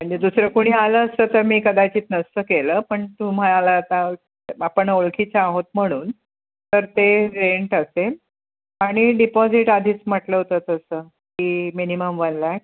म्हणजे दुसरं कुणी आलं असतं तर मी कदाचित नसतं केलं पण तुम्हाला आता आपण ओळखीच्या आहोत म्हणून तर ते रेंट असेल आणि डिपॉजिट आधीच म्हटलं होतं तसं की मिनिमम वन लॅक